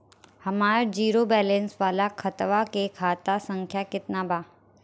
हमार zero balance वाला खतवा के खाता संख्या केतना बा?